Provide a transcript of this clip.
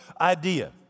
idea